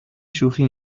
شوخی